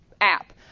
app